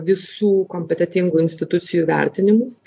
visų kompetentingų institucijų vertinimus